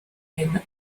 hyn